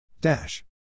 Dash